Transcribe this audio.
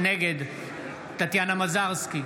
נגד טטיאנה מזרסקי,